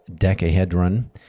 Decahedron